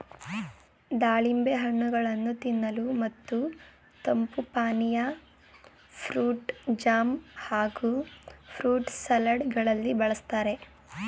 ದಾಳಿಂಬೆ ಹಣ್ಣುಗಳನ್ನು ತಿನ್ನಲು ಮತ್ತು ತಂಪು ಪಾನೀಯ, ಫ್ರೂಟ್ ಜಾಮ್ ಹಾಗೂ ಫ್ರೂಟ್ ಸಲಡ್ ಗಳಲ್ಲಿ ಬಳ್ಸತ್ತರೆ